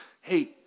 hey